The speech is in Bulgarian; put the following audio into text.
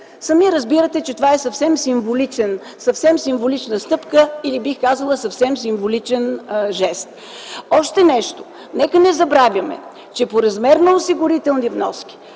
Сами разбирате, че това е съвсем символична стъпка или, бих казала, съвсем символичен жест. Нека да не забравяме, че по размер на ниски осигурителни вноски